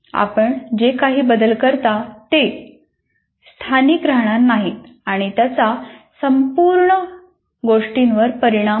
आपण जे काही बदल करता ते स्थानिक राहणार नाहीत आणि त्याचा संपूर्ण गोष्टीवर परिणाम होईल